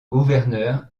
gouverneur